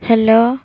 hello